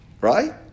Right